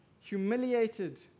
humiliated